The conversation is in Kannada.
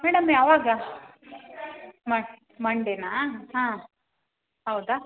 ಮೇಡಂ ಯಾವಾಗ ಮಂಡೆಯಾ ಹಾಂ ಹೌದಾ